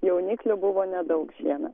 jauniklių buvo nedaug šiemet